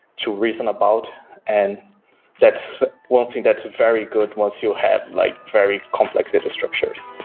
to reason about and that's one thing that's very good once you have like very complex data structures